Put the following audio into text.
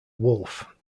wolfe